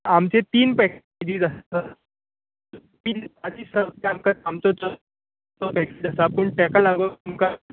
आमचे तीन पॅकॅजीज आसा आमकां आमचो पूण तेका लागोन तुमकां